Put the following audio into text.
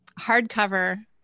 hardcover